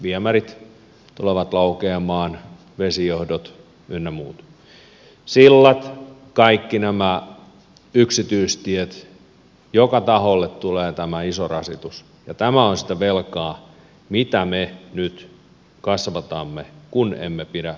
viemärit tulevat laukeamaan vesijohdot ynnä muut sillat kaikki nämä yksityistiet joka taholle tulee tämä iso rasitus ja tämä on sitä velkaa mitä me nyt kasvatamme kun emme pidä infrasta huolta